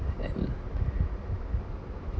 and